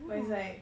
but it's like